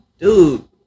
dude